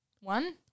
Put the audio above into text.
One